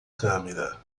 câmera